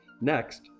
NEXT